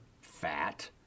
fat